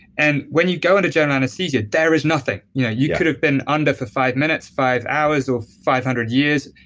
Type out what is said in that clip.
and when you go under general anesthesia, there is nothing. yeah you could have been under for five minutes five hours or five hundred years.